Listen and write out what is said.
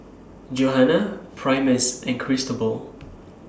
Johana Primus and Cristobal